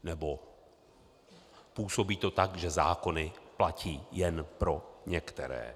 Nebo působí to tak, že zákony platí jen pro některé.